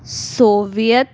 soviet